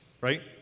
right